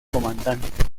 comandante